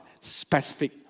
specific